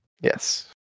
Yes